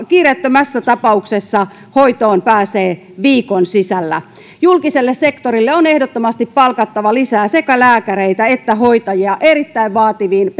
kiireettömässä tapauksessa hoitoon pääsee viikon sisällä julkiselle sektorille on ehdottomasti palkattava lisää sekä lääkäreitä että hoitajia erittäin vaativiin